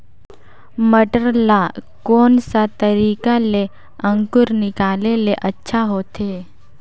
मटर ला कोन सा तरीका ले अंकुर निकाले ले अच्छा होथे?